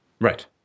Right